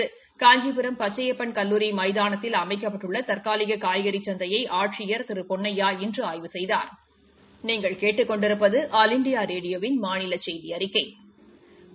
னஞ்சிபுரம் பச்சையப்பன் கல்லூரி மைதானத்தில் அமைக்ப்பட்டுள்ள தற்காலிக ஊய்கறி சந்தையை ஆட்சியர் திரு பொன்னையா இன்று ஆய்வு செய்தாா்